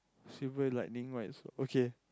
silver lightning okay